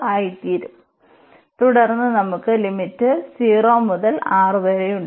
ആയിത്തീരും തുടർന്ന് നമുക്ക് ലിമിറ്റ് 0 മുതൽ R വരെയുണ്ട്